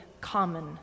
common